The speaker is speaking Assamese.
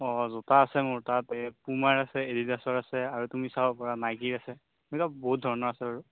অঁ জোতা আছে মোৰ তাত এই পুমাৰ আছে এডিডাছৰ আছে আৰু তুমি চাব পাৰা নাইকিৰ আছে এইবিলাক বহুত ধৰণৰ আছে আৰু